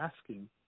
asking